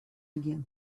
again